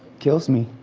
kills me.